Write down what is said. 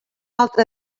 altre